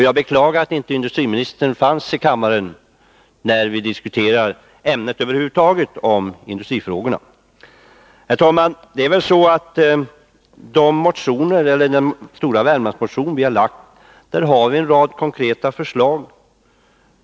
Jag beklagar att industriministern inte fanns i kammaren när vi diskuterade industrifrågorna över huvud taget. I den stora Värmlandsmotion som vi väckt har vi en rad konkreta förslag.